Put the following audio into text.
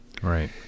Right